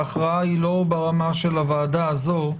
ההכרעה היא לא ברמה של הוועדה הזאת.